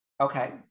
okay